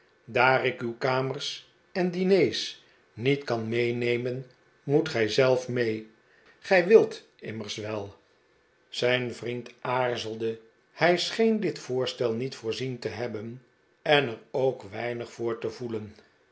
daar ik uw kamers en diners niet kan meenemen moet gij zelf mee gij wilt immers wel zijn vriend aarzelde hij scheen dit voorstel niet voorzien te hebben en er ook weinig voor te voelen